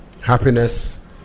happiness